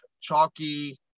chalky